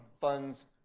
funds